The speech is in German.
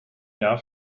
jahr